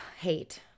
Hate